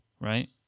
right